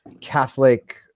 Catholic